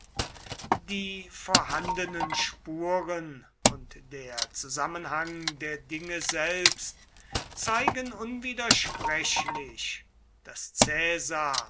die vorhandenen spuren und der zusammenhang der dinge selbst zeigen unwidersprechlich daß